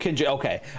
Okay